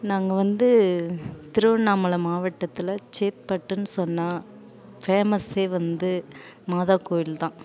நாங்கள் வந்து திருவண்ணாமலை மாவட்டத்தில் சேத்பட்டுனு சொன்னால் ஃபேமஸ்ஸே வந்து மாதா கோயில் தான்